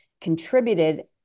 contributed